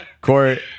Corey